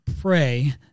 pray